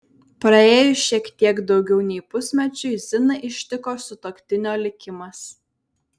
praėjus šiek tiek daugiau nei pusmečiui ziną ištiko sutuoktinio likimas